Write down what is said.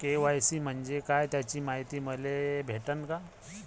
KYC म्हंजे काय त्याची मायती मले भेटन का?